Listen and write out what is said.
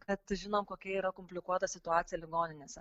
kad žinom kokia yra komplikuota situacija ligoninėse